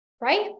Right